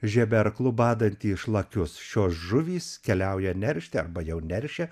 žeberklu badantį šlakius šios žuvys keliauja neršti arba jau neršia